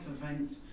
events